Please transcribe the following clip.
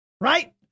Right